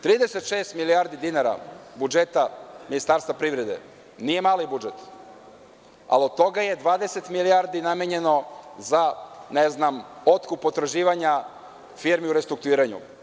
Trideset šest milijardi dinara budžeta Ministarstva privrede nije mali budžet ali od toga je 20 milijardi namenjeno za, ne znam, otkup potraživanja firmi u restrukturiranju.